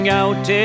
out